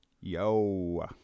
Yo